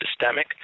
systemic